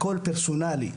הכול פרסונלי.